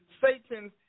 Satan's